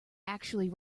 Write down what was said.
actually